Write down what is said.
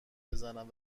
بزنن